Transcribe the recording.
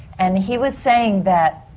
and he was saying that.